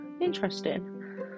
interesting